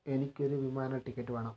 എനിക്ക് ഒരു വിമാന ടിക്കറ്റ് വേണം